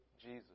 Jesus